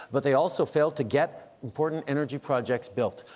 but they also failed to get important energy projects built.